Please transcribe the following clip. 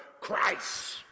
Christ